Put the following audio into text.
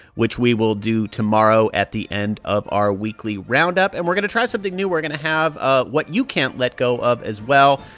which we will do tomorrow at the end of our weekly roundup. and we're going to try something new. we're going to have ah what you can't let go of as well.